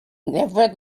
never